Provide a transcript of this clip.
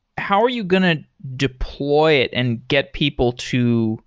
how are you going to deploy it and get people to